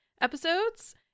episodes